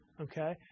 Okay